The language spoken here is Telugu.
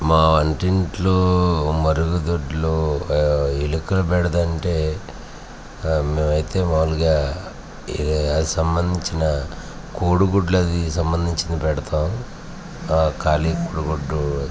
మా వంటింటిలో మరుగుదొడ్లో ఎలుకల బెడద అంటే మేము అయితే మామూలుగా ఇది సంబంధించిన కోడిగుడ్లది సంబంధించినది పెడతాం ఖాళీ కోడిగుడ్డు